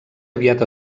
aviat